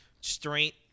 strength